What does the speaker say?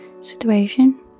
situation